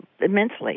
immensely